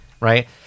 right